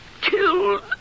killed